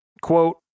Quote